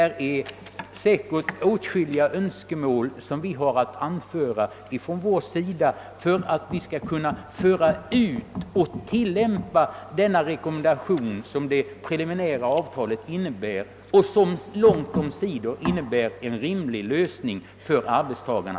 Vi har säkerligen åtskilliga önskemål att anföra från huvudmännens sida, om vi skall kunna tillämpa den rekommendation som innefattas i det preliminära avtalet och som på längre sikt innebär en förbättrad lösning för arbetstagarna.